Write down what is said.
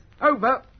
Over